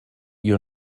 your